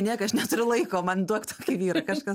nėk aš neturiu laiko man duok tokį vyrą kažkas